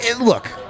Look